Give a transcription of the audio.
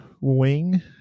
wing